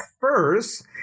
first